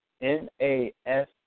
N-A-S